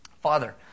Father